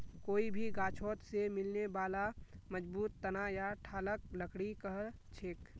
कोई भी गाछोत से मिलने बाला मजबूत तना या ठालक लकड़ी कहछेक